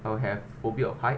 I'll have phobia of heights